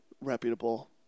reputable